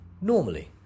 normally